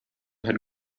had